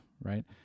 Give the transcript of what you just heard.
right